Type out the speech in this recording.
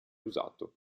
usato